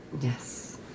Yes